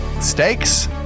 stakes